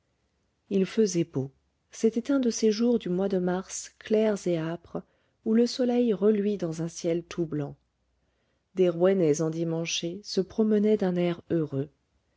il faisait beau c'était un de ces jours du mois de mars clairs et âpres où le soleil reluit dans un ciel tout blanc des rouennais endimanchés se promenaient d'un air heureux